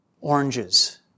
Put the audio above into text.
oranges